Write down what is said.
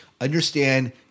Understand